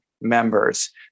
members